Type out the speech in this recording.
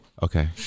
Okay